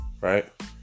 Right